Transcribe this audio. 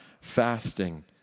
fasting